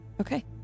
Okay